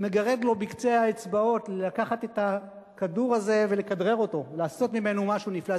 מגרד לו בקצה האצבעות לקחת את הכדור הזה ולעשות ממנו משהו נפלא.